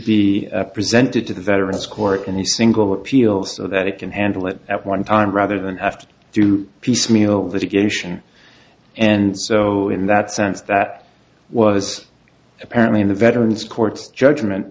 be presented to the veterans court in the single appeal so that it can handle it at one time rather than have to do piecemeal that a geisha and so in that sense that was apparently in the veteran's court's judgment